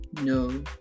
no